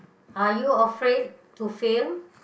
are you afraid to fail